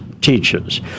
teaches